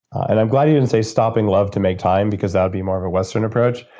and i'm glad you didn't say stopping love to make time, because that would be more of a western approach.